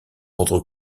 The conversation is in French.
ordre